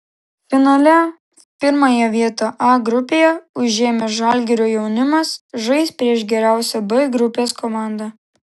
finale pirmąją vietą a grupėje užėmęs žalgirio jaunimas žais prieš geriausią b grupės komandą